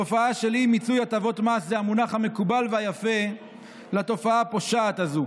תופעה של אי-מיצוי הטבות מס זה המונח המקובל והיפה לתופעה הפושעת הזו.